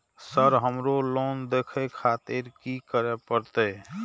Sir हमरो loan देखें खातिर की करें परतें?